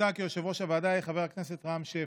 מוצע כי יושב-ראש הוועדה יהיה חבר הכנסת רם שפע.